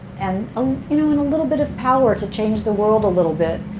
and um you know and a little bit of power to change the world a little bit,